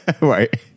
Right